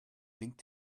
blinkt